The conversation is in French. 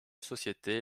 société